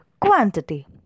quantity